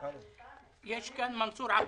מנסור,